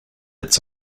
its